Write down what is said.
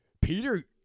Peter